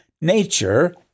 nature